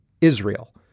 Israel